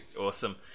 Awesome